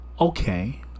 okay